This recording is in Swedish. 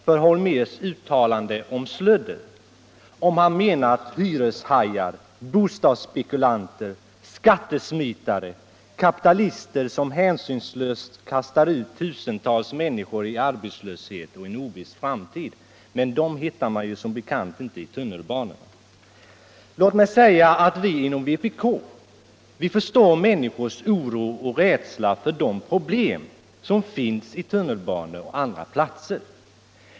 för Holmérs uttalande om ”slödder”, om han menat hyreshajar, bostadsspekulanter, skattesmitare eller kapitalister som hänsynslöst kastar ut tusentals människor i arbetslöshet och en oviss framtid — men dem hittar man som bekant inte i tunnelbanan. Vi inom vpk förstår människors oro och rädsla för de problem som finns i tunnelbanor och på andra platser.